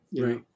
Right